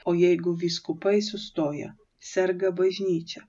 o jeigu vyskupai sustoja serga bažnyčia